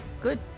Good